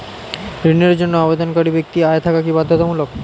ঋণের জন্য আবেদনকারী ব্যক্তি আয় থাকা কি বাধ্যতামূলক?